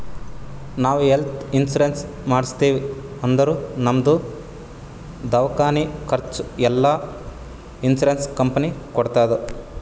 ನಾವ್ health insurance ಮಾಡ್ಸಿವ್ ಅಂದುರ್ ನಮ್ದು ದವ್ಕಾನಿ ಖರ್ಚ್ ಎಲ್ಲಾ ಇನ್ಸೂರೆನ್ಸ್ ಕಂಪನಿ ಕೊಡ್ತುದ್